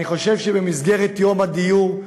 אני חושב שבמסגרת יום הדיור,